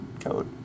code